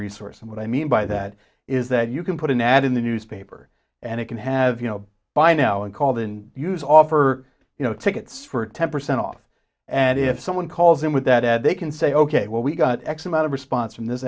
resource and what i mean by that is that you can put an ad in the newspaper and it can have you know by now and called in use offer you know tickets for ten percent off and if someone calls in with that ad they can say ok well we got x amount of response from this